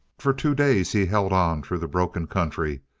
for two days he held on through the broken country,